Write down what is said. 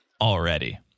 already